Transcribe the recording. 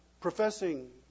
professing